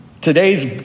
Today's